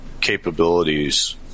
capabilities